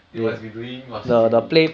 they must be doing mastery